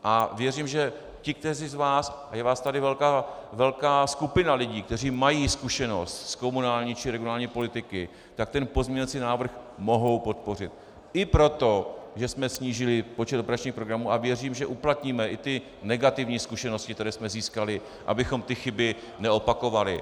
A věřím, že ti z vás, a je vás tady velká skupina lidí, kteří mají zkušenosti z komunální či regionální politiky, tak ten pozměňovací návrh mohou podpořit i proto, že jsme snížili počet operačních programů, a věřím, že uplatníme i negativní zkušenosti, které jsme získali, abychom chyby neopakovali.